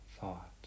thought